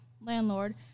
landlord